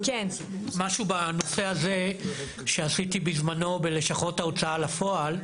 משהו בנושא הזה שעשיתי בזמנו בלשכות ההוצאה לפועל: